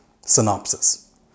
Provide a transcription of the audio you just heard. synopsis